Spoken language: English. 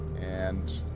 and,